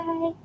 Bye